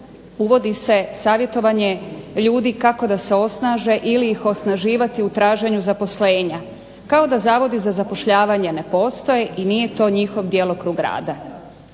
uvodi se savjetovanje ljudi kako da se osnaže ili ih osnaživati u traženju zaposlenja, kao da Zavodi za zapošljavanje ne postoje i nije to njihov djelokrug rada.